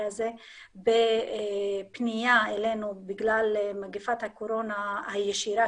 הזה בפנייה אלינו בגלל מגפת הקורונה הישירה,